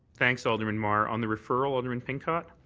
thanks, alderman mar. on the referral, alderman pincott?